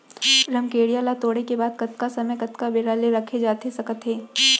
रमकेरिया ला तोड़े के बाद कतका समय कतका बेरा ले रखे जाथे सकत हे?